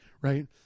right